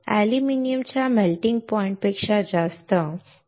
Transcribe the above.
अॅल्युमिनियमच्या melting point पेक्षा जास्त